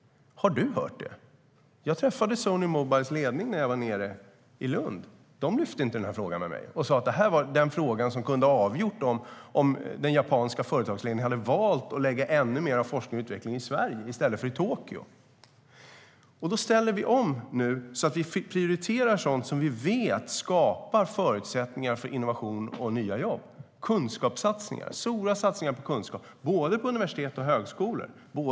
Har du hört det? Jag träffade Sony Mobiles ledning när jag var nere i Lund. De tog inte upp den frågan med mig och sa: Det här var den fråga som kunde ha gjort att den japanska företagsledningen hade valt att lägga ännu mer av forskning och utveckling i Sverige i stället för i Tokyo. Vi ställer nu om, så att vi prioriterar sådant som vi vet skapar förutsättningar för innovation och nya jobb. Det handlar om kunskapssatsningar. Det är stora satsningar på kunskap, på både universitet och högskolor.